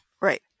Right